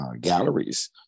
galleries